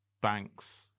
banks